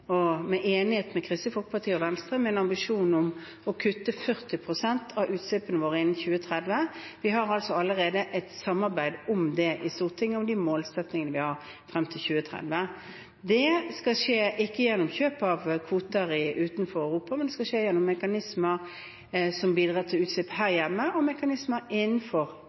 om å kutte 40 pst. av utslippene våre innen 2030. Vi har altså allerede et samarbeid i Stortinget om målsettingene frem til 2030. Det skal skje, ikke gjennom kjøp av kvoter utenfor Europa, men gjennom mekanismer som bidrar til å kutte utslipp her hjemme, og mekanismer innenfor